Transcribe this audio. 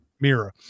Mira